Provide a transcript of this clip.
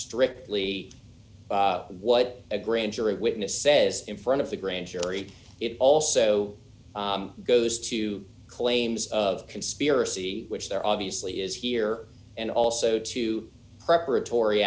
strictly what a grand jury witness says in front of the grand jury it also goes to claims of conspiracy which there obviously is here and also to preparatory